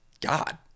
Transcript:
God